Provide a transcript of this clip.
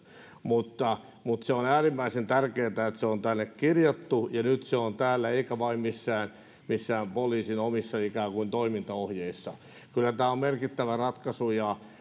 mutta mutta se on äärimmäisen tärkeätä että se on tänne kirjattu ja nyt se on täällä eikä vain missään missään poliisin omissa ikään kuin toimintaohjeissa kyllä tämä on merkittävä ratkaisu ja